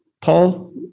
Paul